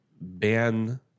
ban